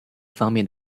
方面